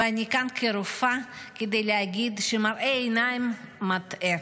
ואני כאן כרופאה כדי להגיד שמראה עיניים מטעה.